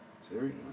Siri